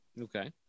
Okay